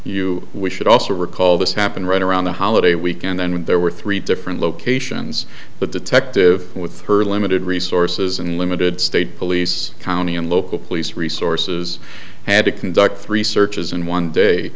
you we should also recall this happened right around the holiday weekend then when there were three different locations the detective with her limited resources and limited state police county and local police resources had to conduct three searches in one day